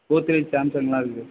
கோத்ரேஜ் சாம்சங்லாம் இருக்குது